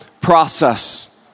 process